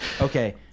Okay